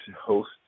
host